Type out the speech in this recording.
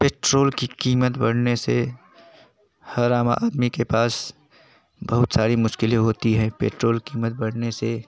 petrol की कीमत बढ़ने से हर आम आदमी के पास बहुत सारी मुश्किलें होती है पेट्रोल कीमत बढ़ने से